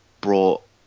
brought